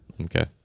Okay